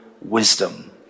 wisdom